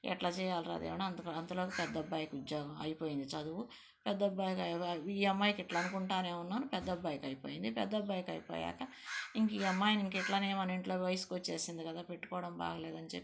ఎట్లా చేయాలిరా దేవుడా అంతలో అంతలోకి పెద్ద అబ్బాయికి ఉద్యోగం అయిపోయింది చదువు పెద్ద అబ్బాయికి ఈ అమ్మాయికి ఇట్లా అనుకుంటానే ఉన్నాను పెద్ద అబ్బాయికి అయిపోయింది పెద్ద అబ్బాయికి అయిపోయాక ఇంక ఈ అమ్మాయిని ఇంక ఇట్లానే మన ఇంట్లో వయసుకు వచ్చేసింది కదా పెట్టుకోవడం బాలేదు అని చెప్పి